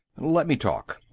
let me talk.